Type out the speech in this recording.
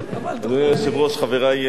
אני לא קורע ספרים.